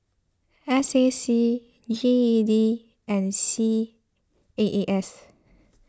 S A C G E D and C A A S